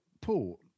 paul